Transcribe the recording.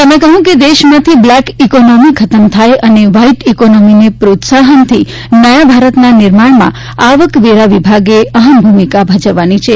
તેમણે કહ્યું કે દેશમાંથી બ્લેક ઈકોનોમી ખતમ થાય અને વ્હાઈટ ઈકોનોમીને પ્રોત્સાહનથી નયા ભારતના નિર્માણમાં આવકવેરા વિભાગે અહમ ભૂમિકા ભજવવાની છે